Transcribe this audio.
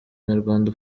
nyarwanda